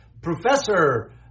professor